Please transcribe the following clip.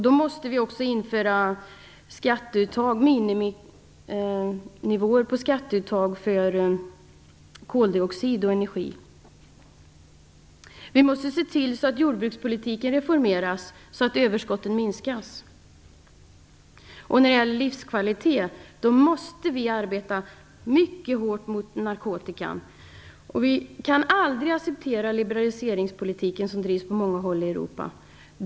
Då måste vi införa miniminivåer på skatteuttag för koldioxid och energi. Vi måste se till att jordbrukspolitiken reformeras, så att överskotten minskar. När det gäller livskvaliteten måste vi mycket hårt arbeta mot narkotikan. Vi kan aldrig acceptera den liberaliseringspolitik som drivs på många håll i Europa.